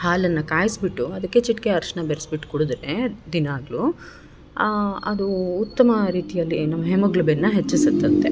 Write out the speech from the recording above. ಹಾಲನ್ನ ಕಾಯಿಸ್ಬಿಟ್ಟು ಅದಕ್ಕೆ ಚಿಟ್ಕೆ ಅರ್ಶಿಣ ಬೆರ್ಸ್ಬಿಟ್ಟು ಕುಡದರೆ ದಿನಾಗಲು ಅದು ಉತ್ತಮ ರೀತಿಯಲ್ಲಿ ಏನು ಹಿಮೋಗ್ಲೋಬಿನ್ನ ಹೆಚ್ಚಿಸತ್ತಂತೆ